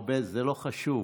הרבה, זה לא חשוב.